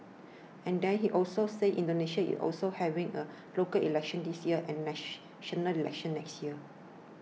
and then he also said Indonesia is also having a local elections this year and national elections next year